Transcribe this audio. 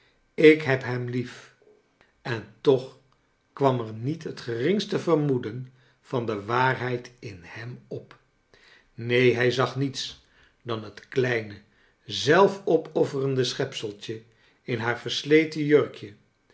ik heb hem lief en toch kwam er niet het geringste vermoeden van de waarheid in hem op neen hij zag niets dan het kleine zelf opoff erende sohepseltje in haar versleten jurkje